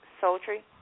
Sultry